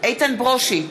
איתן ברושי,